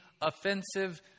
offensive